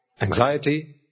anxiety